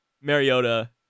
Mariota